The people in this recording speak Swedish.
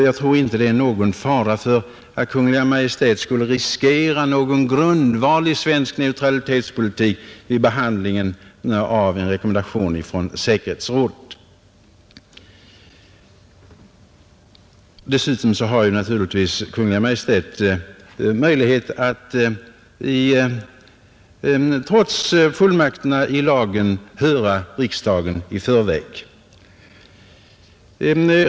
Jag tror inte det är någon fara för att Kungl. Maj:t skulle riskera någon grundval för svensk neutralitetspolitik vid behandlingen av en rekommendation från säkerhetsrådet. Dessutom har naturligtvis Kungl. Maj:t möjlighet att trots fullmakten i lagen höra riksdagen i förväg.